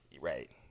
Right